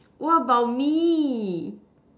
what about me